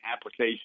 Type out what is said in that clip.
application